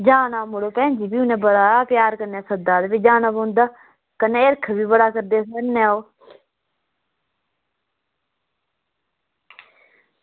जाना मड़ो भैन जी भी उनें बड़े प्यार कन्नै सद्दे दा जाना पौंदा कन्नै हिरख बी बड़ा करदे साढ़े कन्नै ओह्